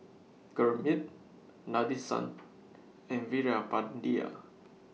Gurmeet Nadesan and Veerapandiya